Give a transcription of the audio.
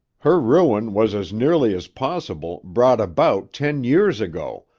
her ruin was as nearly as possible brought about ten years ago,